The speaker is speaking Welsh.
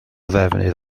ddefnydd